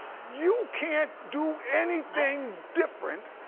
you can't do anything different